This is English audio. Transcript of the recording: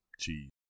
cheese